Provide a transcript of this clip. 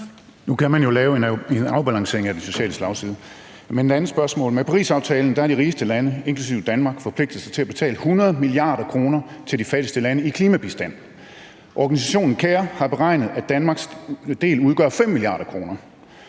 Nu kan man jo lave en afbalancering, hvad angår den sociale slagside. Men jeg har et andet spørgsmål. Med Parisaftalen har de rigeste lande inklusive Danmark forpligtet sig til at betale 100 mia. kr. til de fattigste lande i klimabistand. Organisationen CARE har beregnet, at Danmarks del udgør 5 mia. kr.